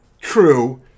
True